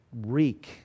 reek